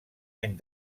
any